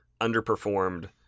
underperformed